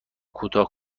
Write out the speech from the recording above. کوتاه